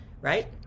right